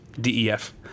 D-E-F